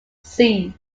sea